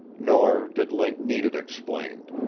nor did link need it explained.